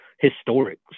historic